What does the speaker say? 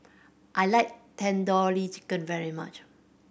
I like Tandoori Chicken very much